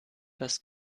das